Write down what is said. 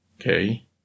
okay